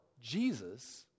Jesus